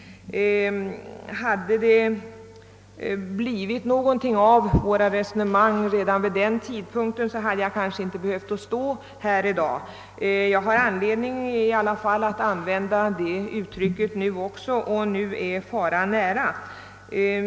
Om det blivit något resultat av våra resonemang redan vid den tidpunkten hade jag kanske inte behövt ta till orda i dag. Jag har emellertid anledning att erinra om samma talesätt även vid detta tillfälle, och nu är faran nära.